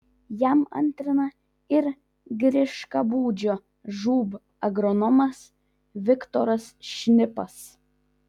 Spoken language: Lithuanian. jam antrina ir griškabūdžio žūb agronomas viktoras šnipas